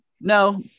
No